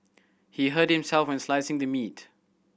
he hurt himself while slicing the meat